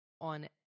on